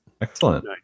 Excellent